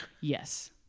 Yes